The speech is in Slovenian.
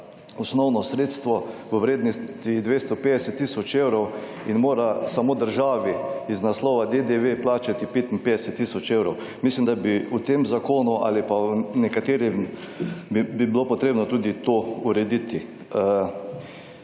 osnovno sredstvo v vrednosti 250 tisoč evrov, in mora samo državi iz naslova DDV plačati 55 tisoč evrov. Mislim, da bi v tem zakonu, ali pa v nekaterim, bi bilo potrebno tudi to urediti.